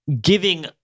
Giving